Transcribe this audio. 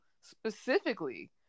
specifically